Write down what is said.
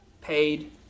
paid